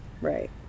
right